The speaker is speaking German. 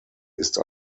ist